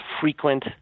frequent